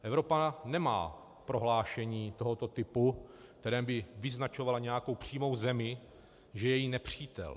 Evropa nemá prohlášení tohoto typu, ve kterém by vyznačovala nějakou přímou zemi, že je její nepřítel.